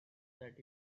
that